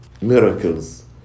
miracles